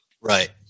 Right